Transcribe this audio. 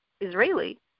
Israeli